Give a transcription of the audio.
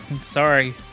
Sorry